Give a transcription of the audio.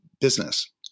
business